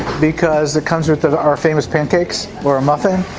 because it comes with the the um famous pancakes or a muffin.